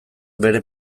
bere